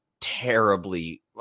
terribly